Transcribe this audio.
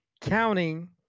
counting